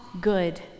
good